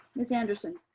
ms. anderson?